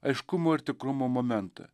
aiškumo ir tikrumo momentą